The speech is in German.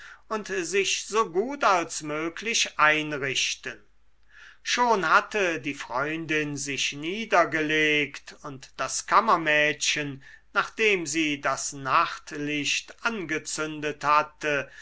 und sich so gut als möglich einrichten schon hatte die freundin sich niedergelegt und das kammermädchen nachdem sie das nachtlicht angezündet hatte